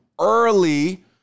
early